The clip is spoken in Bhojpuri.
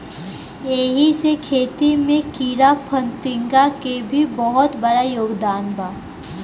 एही से खेती में कीड़ाफतिंगा के भी बहुत बड़ योगदान बा